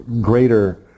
greater